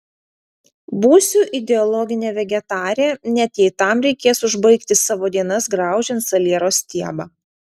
būsiu ideologinė vegetarė net jei tam reikės užbaigti savo dienas graužiant saliero stiebą